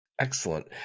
Excellent